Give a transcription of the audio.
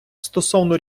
стосовно